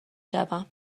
شوم